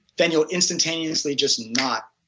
then you are instantaneously just not,